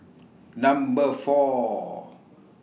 Number four